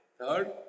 third